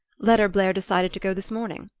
letterblair decided to go this morning.